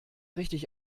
richtig